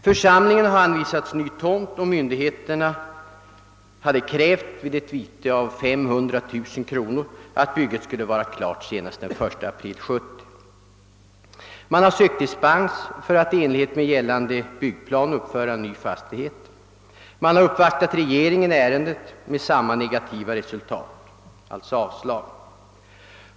Församlingen har anvisats en ny tomt; och myndigheterna har krävt att "bygget på denna vid ett vite av 500 000 kronor: skall. vara klart senast den 1 april 1970. Man har sökt dispens från den särskilda investeringsavgiften för att i enlighet med gällande byggnadsplan uppföra en ny fastighet och man har uppvaktat regeringen i ärendet, dock med. samma negativa resultat, d.v.s. avslag.